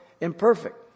imperfect